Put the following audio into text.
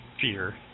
fear